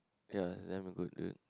ya is damn good good